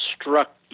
struck